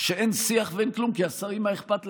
שאין שיח ואין כלום, כי השרים, מה אכפת להם?